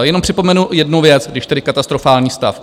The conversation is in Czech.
Jenom připomenu jednu věc, když tedy katastrofální stav.